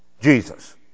Jesus